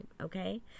Okay